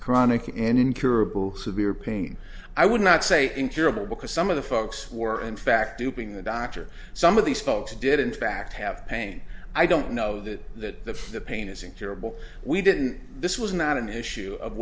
chronic incurable severe pain i would not say incurable because some of the folks were in fact duping the doctor some of these folks did in fact have pain i don't know that the pain is incurable we didn't this was not an issue of